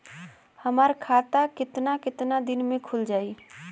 हमर खाता कितना केतना दिन में खुल जाई?